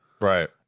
right